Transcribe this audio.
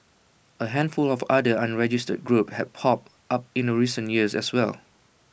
A handful of other unregistered groups have popped up in A recent years as well